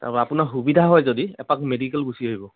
তাপা আপোনাৰ সুবিধা হয় যদি এপাক মেডিকেল গুচি আহিব